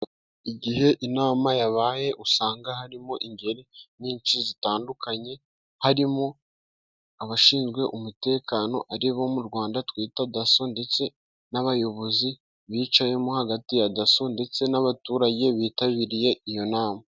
Igihe inama yabaye, usanga harimo ingeri nyinshi zitandukanye, harimo abashinzwe umutekano, ari bo mu Rwanda twita daso, ndetse n'abayobozi bicayemo hagati ya daso, ndetse n'abaturage bitabiriye iyo nama.